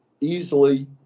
easily